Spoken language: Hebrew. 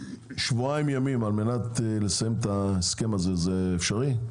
שבועיים ימים על מנת לסיים את ההסכם הזה זה אפשרי?